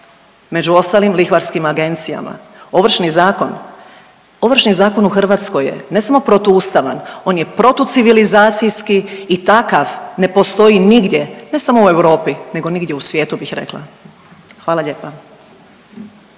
među ostalim lihvarskim agencijama. Ovršni zakon, ovršni zakon u Hrvatskoj je ne samo protuustavan, on je protucivilizacijski i takav ne postoji nigdje, ne samo u Europi nego nigdje u svijetu bih rekla. Hvala lijepa.